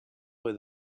play